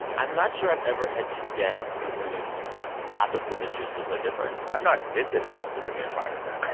i'm not sure i've ever had two guests whose topics of interest are so different i'm not disinterested in the environment